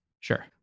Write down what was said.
Sure